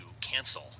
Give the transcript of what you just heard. cancel